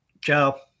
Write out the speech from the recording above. Ciao